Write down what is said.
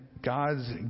God's